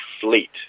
Fleet